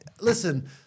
Listen